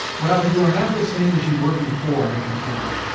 well, you are not the same as you were before, i continued.